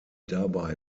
dabei